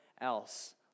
else